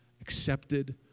accepted